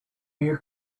you